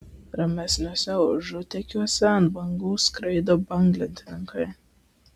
ramesniuose užutekiuose ant bangų skraido banglentininkai